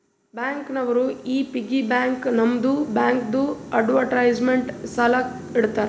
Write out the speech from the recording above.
bank ನವರು ಈ piggy bank ತಮ್ಮದು ಬ್ಯಾಂಕ್ದು ಅಡ್ವರ್ಟೈಸ್ಮೆಂಟ್ ಸಲಾಕ ಇಡ್ತಾರ